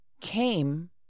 came